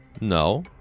No